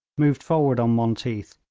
moved forward on monteath,